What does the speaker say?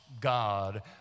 God